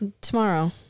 Tomorrow